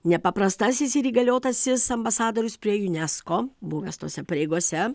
nepaprastasis ir įgaliotasis ambasadorius prie unesco buvęs tose pareigose